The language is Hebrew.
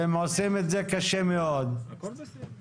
הם הביאו אבל המפרט מורכב.